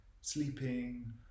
sleeping